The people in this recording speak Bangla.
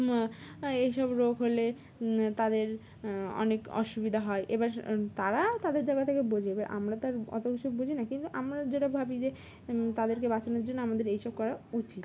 এইসব রোগ হলে তাদের অনেক অসুবিধা হয় এবার তারা তাদের জায়গা থেকে বোঝে এবার আমরা তো অত কিছু বুঝি না কিন্তু আমরা যেটা ভাবি যে তাদেরকে বাঁচানোর জন্য আমাদের এইসব করা উচিত